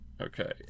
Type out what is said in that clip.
Okay